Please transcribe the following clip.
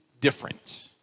different